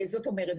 זאת אומרת,